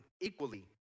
equally